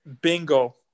Bingo